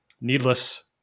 needless